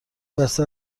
بسته